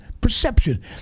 perception